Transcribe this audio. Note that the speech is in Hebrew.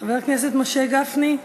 חבר הכנסת משה גפני.